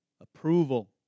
approval